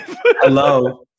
Hello